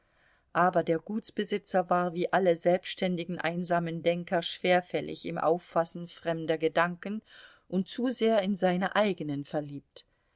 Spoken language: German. aber der gutsbesitzer war wie alle selbständigen einsamen denker schwerfällig im auffassen fremder gedanken und zu sehr in seine eigenen verliebt